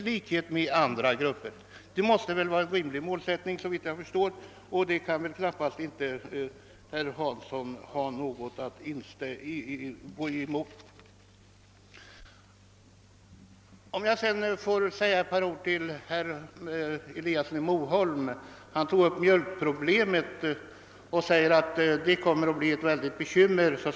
Detta måste väl anses vara en rimlig målsättning, som herr Hansson knappast kan ha något att invända mot. Får jag sedan säga ett par ord till herr Eliasson i Moholm. Han tog upp mjölkproblemet och ansåg att det så småningom kommer att vålla stora bekymmer.